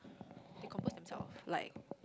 they compose themself like